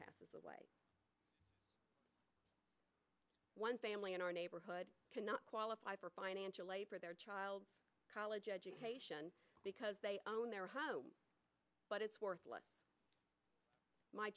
passes away one family in our neighborhood cannot qualify for financial aid for their child's college education because they own their home but it's worthless my